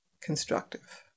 constructive